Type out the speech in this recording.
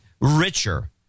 richer